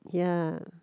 ya